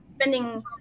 spending